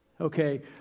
Okay